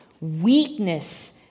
weakness